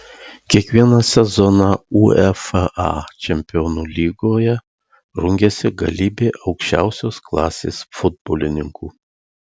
kiekvieną sezoną uefa čempionų lygoje rungiasi galybė aukščiausios klasės futbolininkų